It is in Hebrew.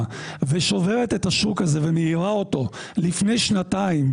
ושוברת את השוק הזה ומעירה אותו לפני שנתיים,